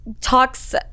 talks